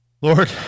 Lord